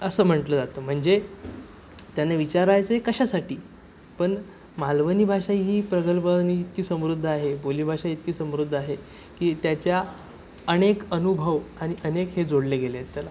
असं म्हटलं जातं म्हणजे त्यांना विचारायचं आहे कशासाठी पण मालवणी भाषा ही प्रगल्भ आणि इतकी समृद्ध आहे बोलीभाषा इतकी समृद्ध आहे की त्याच्या अनेक अनुभव आणि अनेक हे जोडले गेले आहेत त्याला